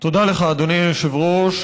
לך, אדוני היושב-ראש.